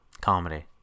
Comedy